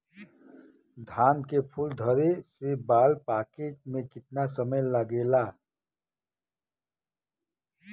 धान के फूल धरे से बाल पाके में कितना समय लागेला?